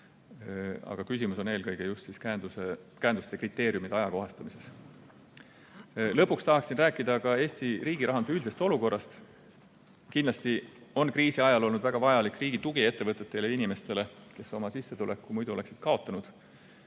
Aga küsimus on eelkõige just käenduste kriteeriumide ajakohastamises. Lõpuks tahaksin rääkida ka Eesti riigirahanduse üldisest olukorrast. Kindlasti on kriisi ajal olnud väga vajalik riigi tugi ettevõtetele ja inimestele, kes oma sissetuleku muidu oleksid kaotanud.